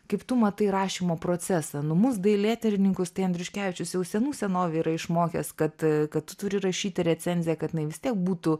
kaip tu matai rašymo procesą nu mus dailėtyrininkus tai andriuškevičius jau senų senovėj yra išmokęs kad kad tu turi rašyti recenziją kad jinai vis tiek būtų